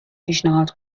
پیشنهاد